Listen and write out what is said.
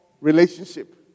relationship